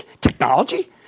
technology